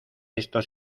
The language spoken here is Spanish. estos